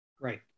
Right